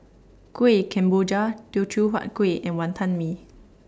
Kueh Kemboja Teochew Huat Kueh and Wantan Mee